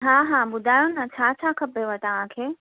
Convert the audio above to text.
हा हा ॿुधायो न छा छा खपेव तव्हांखे